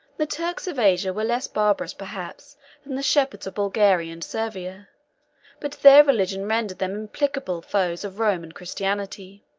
the turks of asia were less barbarous perhaps than the shepherds of bulgaria and servia but their religion rendered them implacable foes of rome and christianity.